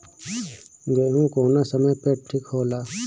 गेहू कौना समय मे ठिक होला?